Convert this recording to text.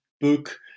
book